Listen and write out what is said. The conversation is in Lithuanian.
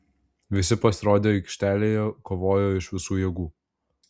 visi pasirodę aikštelėje kovojo iš visų jėgų